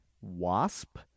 Wasp